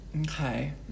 Okay